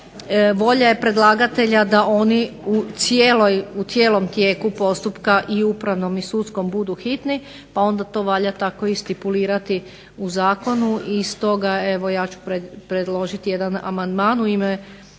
Volja je predlagatelja da oni u cijelom tijeku postupka i upravnom i sudskom budu hitni, pa onda to valja tako i stipulirati u zakonu. I stoga evo, ja ću predložiti jedan amandman u ime